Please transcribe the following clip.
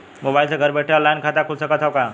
Mobile से घर बैठे ऑनलाइन खाता खुल सकत हव का?